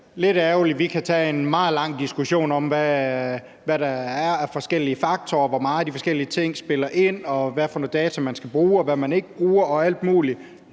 lidt ærgerligt. Vi kan tage en meget lang diskussion om, hvad der er af forskellige faktorer, og hvor meget de forskellige ting spiller ind, og hvad for noget data man skal bruge, og hvad kan man ikke bruger, og alt muligt.